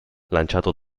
lanciato